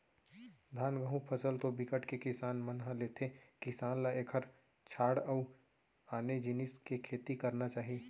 धान, गहूँ फसल तो बिकट के किसान मन ह लेथे किसान ल एखर छांड़ अउ आने जिनिस के खेती करना चाही